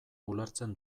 ulertzen